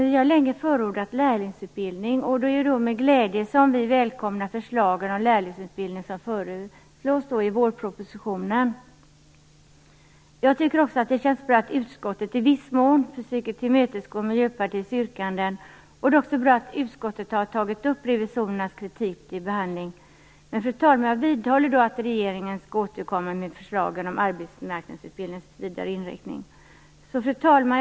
Vi har länge förordat lärlingsutbildning, och det är med glädje som vi välkomnar förslaget om lärlingsutbildning i vårpropositionen. Det känns bra att utskottet i viss mån försöker tillmötesgå Miljöpartiets yrkanden och att utskottet tagit upp revisorernas kritik till behandling. Jag vidhåller att regeringen bör återkomma med förslag om arbetsmarknadsutbildningens vidare inriktning. Fru talman!